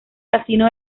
casino